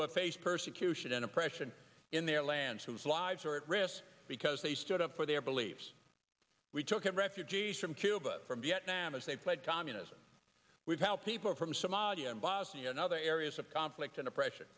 who have faced persecution and oppression in their lands whose lives are at risk because they stood up for their beliefs we took refugees from cuba from vietnam as they fled communism we've helped people from somalia and bosnia and other areas of conflict and oppression